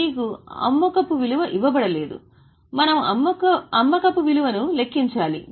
మీకు అమ్మకపు విలువ ఇవ్వబడలేదు మనము అమ్మకపు విలువను లెక్కించాలి